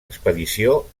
expedició